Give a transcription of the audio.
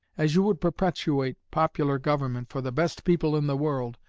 as you would perpetuate popular government for the best people in the world,